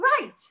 right